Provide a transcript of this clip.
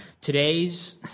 Today's